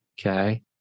okay